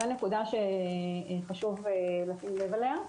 זו נקודה שחשוב לשים לב אליה.